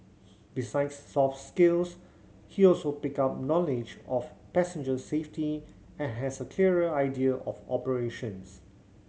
besides soft skills he also picked up knowledge of passenger safety and has a clearer idea of operations